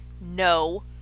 No